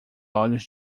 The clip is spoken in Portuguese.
olhos